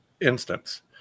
instance